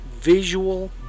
visual